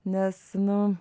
nes nu